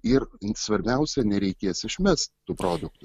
ir svarbiausia nereikės išmest tų produktų